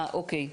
אוקיי.